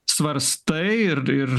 svarstai ir ir